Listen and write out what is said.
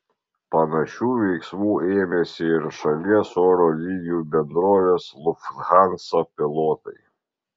panašių veiksmų ėmėsi ir šalies oro linijų bendrovės lufthansa pilotai